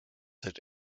had